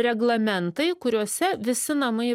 reglamentai kuriuose visi namai